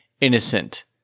innocent